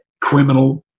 criminal